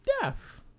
deaf